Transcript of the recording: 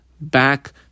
back